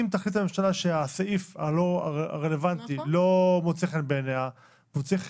אם תחליט הממשלה שהסעיף הרלוונטי לא מוצא חן בעיני והוא צריך